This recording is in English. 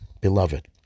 Beloved